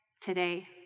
Today